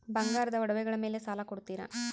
ಬಂಗಾರದ ಒಡವೆಗಳ ಮೇಲೆ ಸಾಲ ಕೊಡುತ್ತೇರಾ?